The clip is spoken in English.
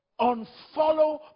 Unfollow